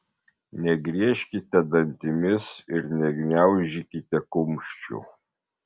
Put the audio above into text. negriežkite dantimis ir negniaužykite kumščių